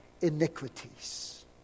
iniquities